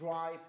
Dry